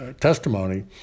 testimony